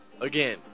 Again